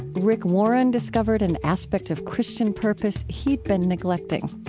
rick warren discovered an aspect of christian purpose he'd been neglecting.